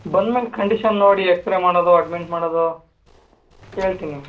ಬಂದ ಮೇಲೆ ಕಂಡೀಶನ್ ನೋಡಿ ಎಕ್ಸ್ ರೆ ಮಾಡೋದೋ ಅಡ್ಮಿಟ್ ಮಾಡೋದೋ ಹೇಳ್ತೀನಿ